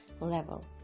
level